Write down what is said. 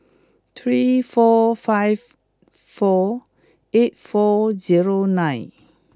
three four five four eight four zero nine